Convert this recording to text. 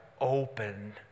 open